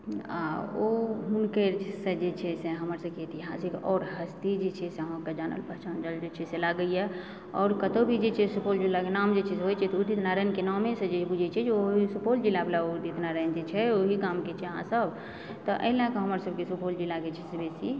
आ ओ हुनके जे छै से हमर सबकेँ ऐतिहासिक आओर हस्ती जे छै से अहाँकेँ जानल पहचानल छै से लागए आओर कतहुँ भी जे छै से सुपौल जिलाके नाम जे छै से होइत छै तऽ उदित नारायणक नामेसंँ ई बुझय छै जे ओ सुपौल जिला वला उदित नारायण जे छै ओहि गामके छै अहाँ सब तऽ एहि लए कऽ हमर सबकेँ सुपौल जिला जे छै से बेसी